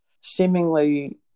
seemingly